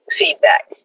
feedback